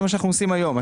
זה מה שאנחנו עושים היום,